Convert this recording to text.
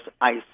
ice